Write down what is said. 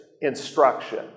instruction